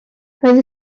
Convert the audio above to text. roedd